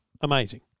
amazing